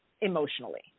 emotionally